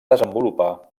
desenvolupar